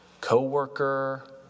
Coworker